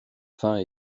fins